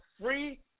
free